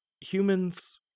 Humans